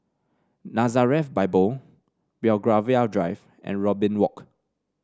Nazareth Bible Belgravia Drive and Robin Walk